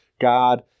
God